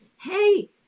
hey